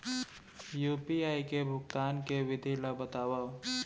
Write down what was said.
UPI ले भुगतान के विधि ला बतावव